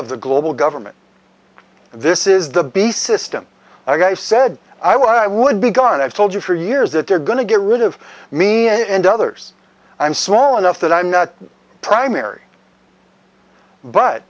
of the global government this is the be system i said i would i would be gone i've told you for years that they're going to get rid of me and others i'm small enough that i'm not primary but